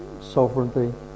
sovereignty